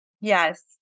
Yes